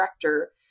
director